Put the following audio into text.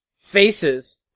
faces